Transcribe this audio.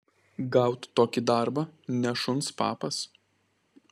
gaut tokį darbą ne šuns papas